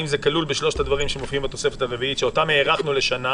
האם זה כלול בשלושת הדברים שמופיעים בתוספת הרביעית שאותם הארכנו לשנה,